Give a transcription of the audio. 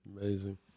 Amazing